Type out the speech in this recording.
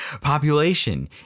population